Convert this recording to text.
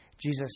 Jesus